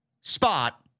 spot